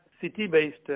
city-based